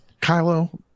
kylo